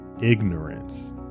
ignorance